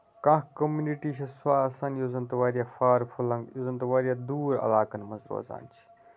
کانٛہہ کوٚمنِٹی چھے سۄ آسان یُس زَن تہٕ واریاہ فار فٕلَنگ یُس زَن تہِ واریاہ دورعلاقَن مَنٛز روزان چھِ